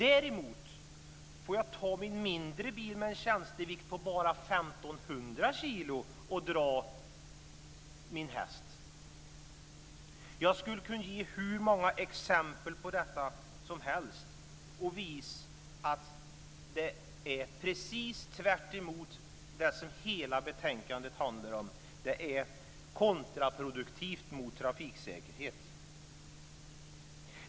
Däremot får jag ta min mindre bil med en tjänstevikt på bara 1 500 kilo och dra min häst. Jag skulle kunna ge hur många exempel på detta som helst och visa att det är precis tvärtemot det som hela betänkandet handlar om. Det är kontraproduktivt mot trafiksäkerhet.